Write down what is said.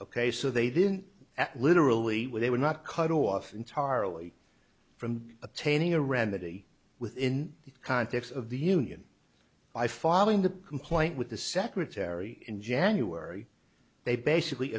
ok so they didn't act literally where they were not cut off entirely from attaining a remedy within the context of the union by following the complaint with the secretary in january they basically